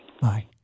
Bye